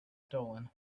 stolen